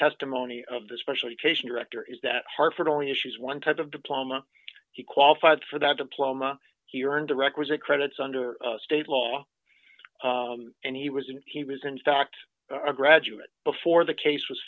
testimony of the special education director is that hartford only issues one type of diploma he qualified for that diploma he earned the requisite credits under state law and he was and he was in fact a graduate before the case was